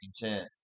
chance